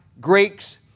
Greeks